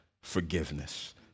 forgiveness